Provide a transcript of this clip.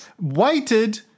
waited